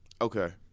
Okay